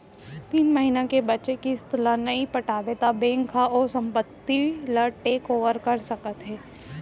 तीन महिना के बांचे किस्त ल नइ पटाबे त बेंक ह ओ संपत्ति ल टेक ओवर कर सकत हे